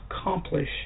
accomplish